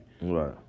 Right